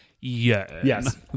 Yes